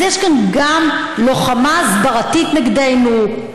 אז יש כאן גם לוחמה הסברתית נגדנו,